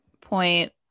point